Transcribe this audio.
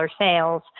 sales